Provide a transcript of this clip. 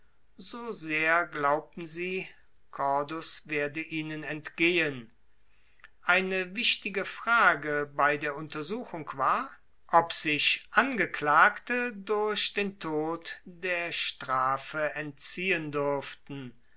so sehr glaubten sie cordus werde ihnen entgehen eine wichtige frage bei der untersuchung war ob sich angeklagte durch den tod der strafe entziehen dürften